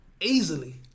Easily